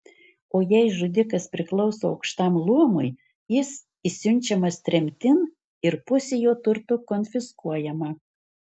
o jei žudikas priklauso aukštam luomui jis išsiunčiamas tremtin ir pusė jo turto konfiskuojama